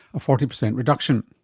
a forty percent reduction!